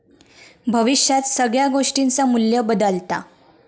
भविष्यात सगळ्या गोष्टींचा मू्ल्य बदालता